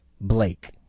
Blake